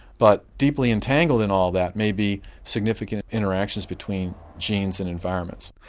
but deeply entangled in all that maybe significant interactions between genes and environments.